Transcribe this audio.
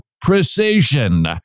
precision